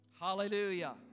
Hallelujah